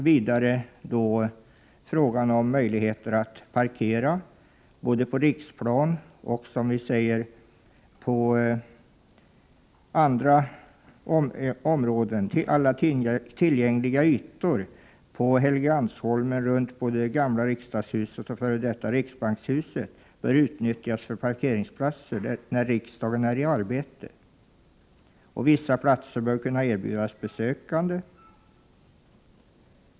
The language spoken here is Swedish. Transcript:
Vidare bör, som vi skriver, ”alla tillgängliga ytor på Helgeandsholmen runt både det gamla riksdagshuset och f.d. riksbankshuset utnyttjas för parkeringsplatser — när riksdagen är i arbete”. Vissa platser bör också kunna erbjudas besökare.